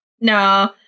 No